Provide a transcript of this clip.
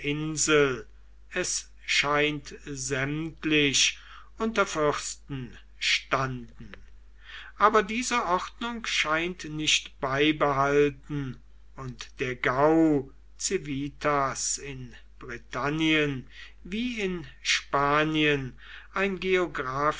es scheint sämtlich unter fürsten standen aber diese ordnung scheint nicht beibehalten und der gau civitas in britannien wie in spanien ein geographischer